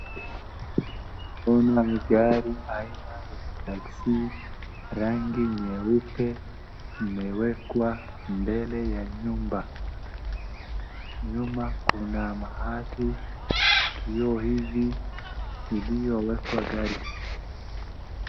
Naona gari aina ya takxi rangi nyeupe imewekwa mbele ya nyumba. Nyuma kuna mahali kioo hivi iliyowekwa gari.